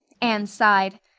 anne sighed.